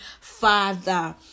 father